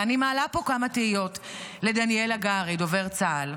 ואני מעלה פה כמה תהיות על דניאל הגרי, דובר צה"ל.